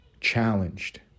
challenged